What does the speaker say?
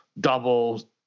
double